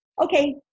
Okay